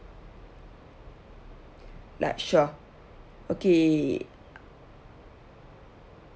large sure okay